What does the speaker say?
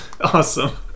Awesome